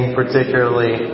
particularly